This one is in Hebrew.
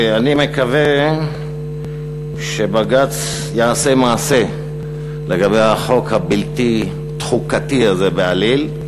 אני מקווה שבג"ץ יעשה מעשה לגבי החוק הבלתי-חוקתי הזה בעליל.